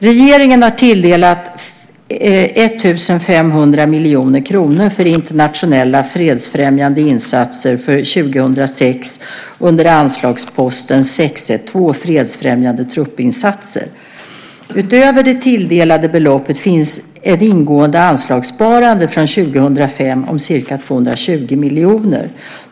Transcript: Regeringen har tilldelat 1 500 miljoner kronor för internationella fredsfrämjande insatser för 2006, under anslagsposten 6:1:2 Fredsfrämjande truppinsatser. Utöver tilldelat belopp finns ett ingående anslagssparande från 2005 om ca 220 miljoner kronor.